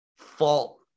fault